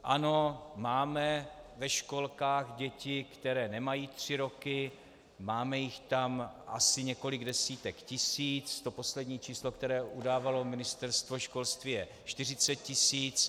Ano, máme ve školkách děti, které nemají tři roky, máme jich tam asi několik desítek tisíc, to poslední číslo, které udávalo Ministerstvo školství, je 40 tisíc.